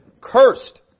Cursed